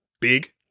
big